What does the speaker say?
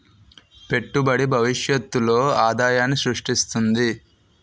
పెట్టుబడి భవిష్యత్తులో ఆదాయాన్ని స్రృష్టిస్తుంది